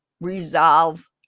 resolve